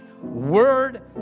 word